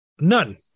None